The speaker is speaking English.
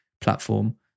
platform